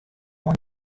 oan